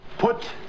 Put